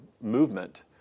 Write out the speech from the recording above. movement